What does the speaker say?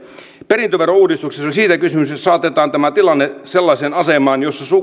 perintöverouudistuksessa on siitä kysymys että saatetaan tämä tilanne sellaiseen asemaan jossa